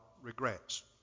regrets